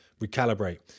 Recalibrate